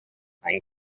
and